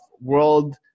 world